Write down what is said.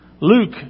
Luke